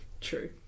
true